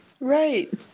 Right